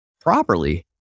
properly